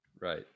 right